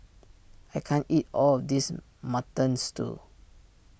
I can't eat all of this Mutton Stew